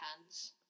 hands